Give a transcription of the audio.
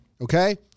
okay